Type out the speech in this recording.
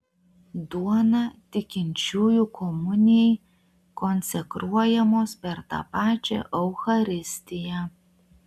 duona tikinčiųjų komunijai konsekruojamos per tą pačią eucharistiją